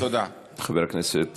חבר הכנסת